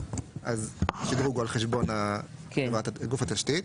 אז השדרוג הוא על חשבון גוף התשתית.